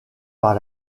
par